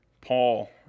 Paul